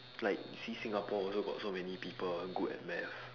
like you see singapore also got so many people good at maths